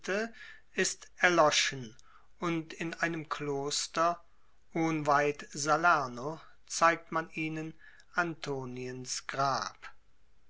ist erloschen und in einem kloster ohnweit salerno zeigt man ihnen antoniens grab